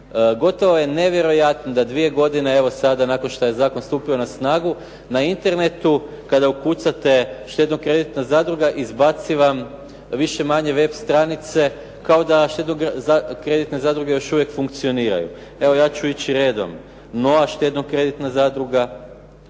Gotovo je nevjerojatno da dvije godine evo sada nakon što je zakon stupio na snagu, na Internetu kada ukucate štedno-kreditna zadruga izbaci vam više-manje web stranice kao da štedno-kreditne zadruge još uvijek funkcioniraju. Evo ja ću ići redom. Noa štedno-kreditna zadruga,